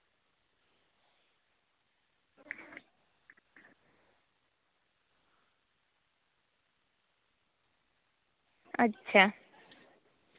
ᱟᱪᱪᱷᱟ